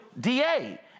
DA